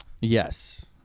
Yes